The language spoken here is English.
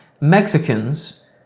Mexicans